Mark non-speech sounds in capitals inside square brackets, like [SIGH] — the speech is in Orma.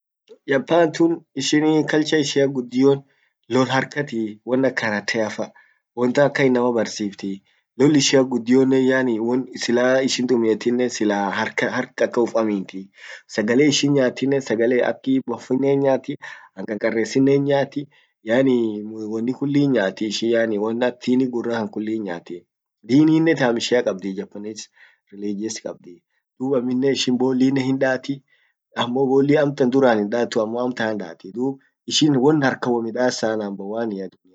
Japan tun ishin [HESITATION] culture ishian guddion loll harkatii, won ak karate afa. Won tan akan innama barsiftii. Loll ishian guddionen yaani silaha ishin tumietinnen silaha harkati, hark akan uf amminti, sagale ishin nyaatinen, sagale akii boffinenhi nyaati, hankarkares sinen hin nyaati, yaani [HESITATION] wonni kulli hin nyaati ishin yaani won ak tini gurra kulli hin nyaati dininnen tam ishia kabdi Japanese religious kabdi dub aminen ishin bollinen hin daati ammo bolli amtan duran hindatu ammo amtan hindaat dub ishin won harkan wommidasa number wannia.